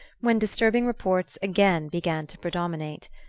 when disturbing reports again began to predominate.